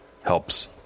helps